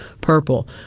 purple